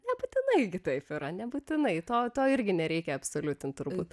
nebūtinai gi taip yra nebūtinai to to irgi nereikia absoliutint turbūt